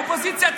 האופוזיציה,